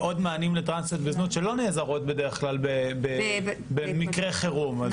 עוד מענים לטרנסיות בזנות שלא נעזרות בדרך כלל במקרי חירום.